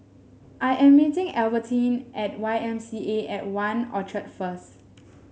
I am meeting Albertine at Y M C A At One Orchard first